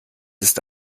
ist